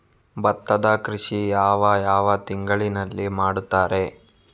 ಭತ್ತದ ಕೃಷಿ ಯಾವ ಯಾವ ತಿಂಗಳಿನಲ್ಲಿ ಮಾಡುತ್ತಾರೆ?